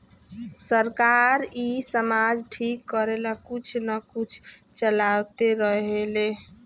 सरकार इ समाज ठीक करेला कुछ न कुछ चलावते रहेले